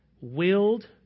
willed